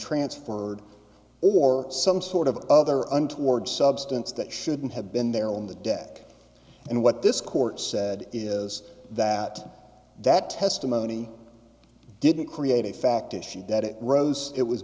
transferred or some sort of other untoward substance that shouldn't have been there on the deck and what this court said is that that testimony didn't create a fact issue that it rose it was